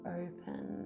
open